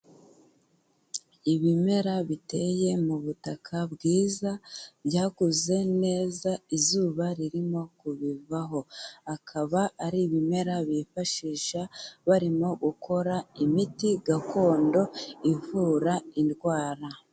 Ibimera biteye mu butaka bwiza, byakuze neza, izuba ririmo kubivaho. Akaba ari ibimera bifashisha barimo gukora imiti gakondo ivura indwara.